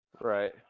Right